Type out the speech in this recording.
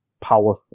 power